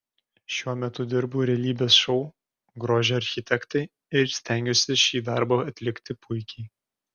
šiuo metu dirbu realybės šou grožio architektai ir stengiuosi šį darbą atlikti puikiai